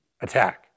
attack